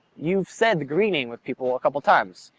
you've said the greeting with people a couple times.